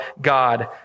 God